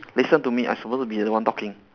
listen to me I supposed to be the one talking